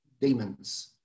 demons